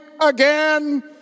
again